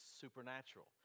supernatural